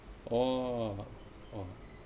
orh